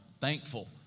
thankful